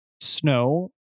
Snow